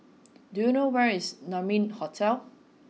do you know where is Naumi Hotel